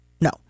No